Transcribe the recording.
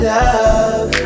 love